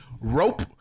rope